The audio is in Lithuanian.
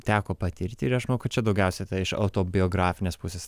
teko patirti ir aš manau kad čia daugiausia iš autobiografinės pusės